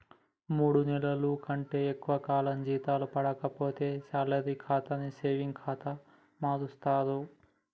మూడు నెలల కంటే ఎక్కువ కాలం జీతాలు పడక పోతే శాలరీ ఖాతాని సేవింగ్ ఖాతా మారుస్తరు